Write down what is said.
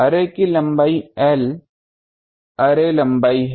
array की लंबाई L array लंबाई है